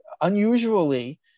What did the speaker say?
unusually